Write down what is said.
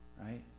right